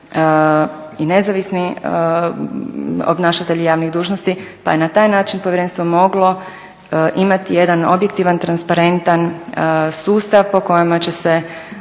i nezavisni obnašatelji javnih dužnosti pa je na taj način Povjerenstvo moglo imati jedan objektivan, transparentan sustav po kojemu će se